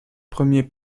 premier